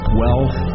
wealth